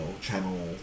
channel